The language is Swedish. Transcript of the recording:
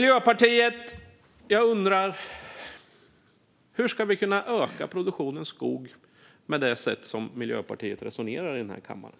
Jag undrar hur vi ska kunna öka skogsproduktionen med det sätt Miljöpartiet resonerar på i den här kammaren.